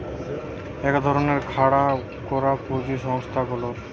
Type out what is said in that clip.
এক ধরণের খাড়া করা পুঁজি সংস্থা গুলার